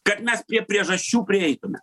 kad mes prie priežasčių prieitume